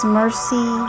mercy